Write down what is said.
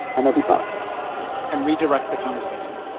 and be fox and redirect the conversation,